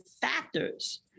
factors